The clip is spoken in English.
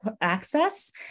access